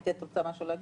אתי, בבקשה.